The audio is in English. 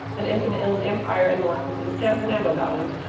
and into the inland empire and north into the san fernando valley.